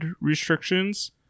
restrictions